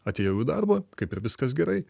atėjau į darbą kaip ir viskas gerai